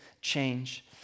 change